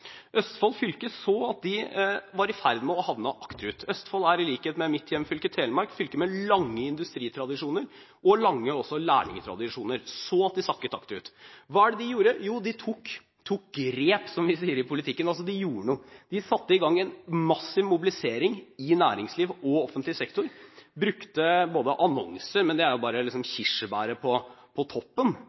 i likhet med mitt hjemfylke, Telemark – et fylke med lange industritradisjoner og også lange lærlingtradisjoner. De så at de sakket akterut. Hva var det de gjorde? Jo, de tok grep, som vi sier i politikken – de gjorde noe. De satte i gang en massiv mobilisering i næringsliv og i offentlig sektor. De brukte annonser – men det var liksom bare kirsebæret på toppen, eller toppen